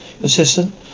Assistant